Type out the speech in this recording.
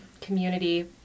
community